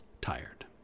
tired